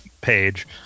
page